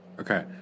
Okay